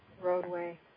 roadway